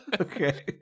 Okay